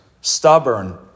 stubborn